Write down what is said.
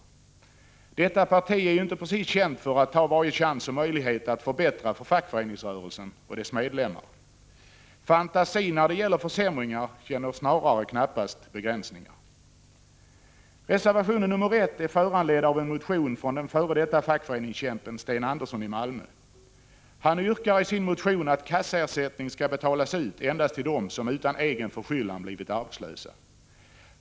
Moderata samlingspartiet är ju inte precis känt för att ta varje chans och möjlighet att förbättra för fackföreningsrörelsen och dess medlemmar. Där är det snarare så att fantasin när det gäller att tänka ut försämringar knappast har några begränsningar. Reservation 1 är föranledd av en motion från den f. d. fackföreningskämpen Sten Andersson i Malmö. Han yrkar i sin motion att kassaersättning skall betalas ut endast till dem som utan egen förskyllan blivit arbetslösa.